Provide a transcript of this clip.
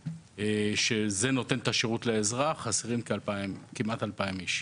שם ניתן השירות לאזרח, שם חסרים כ-2,000 איש.